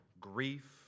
grief